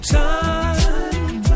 time